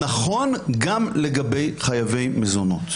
נכון גם לגבי חייבי מזונות.